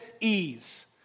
ease